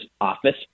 office